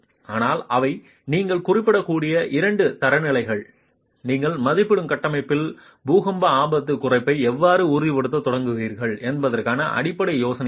ஆனால் இவை நீங்கள் குறிப்பிடக்கூடிய இரண்டு தரநிலைகள் நீங்கள் மதிப்பிடும் கட்டமைப்பில் பூகம்ப ஆபத்து குறைப்பை எவ்வாறு உறுதிப்படுத்தத் தொடங்குவீர்கள் என்பதற்கான அடிப்படை யோசனையைப் பெற